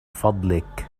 فضلك